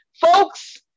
Folks